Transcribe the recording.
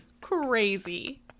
crazy